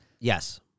Yes